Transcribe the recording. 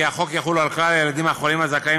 ויסבירו לאן נעלמו הכספים הקואליציוניים שהובטחו לפריפריה,